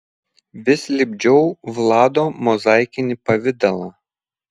vis lipdžiau vlado mozaikinį pavidalą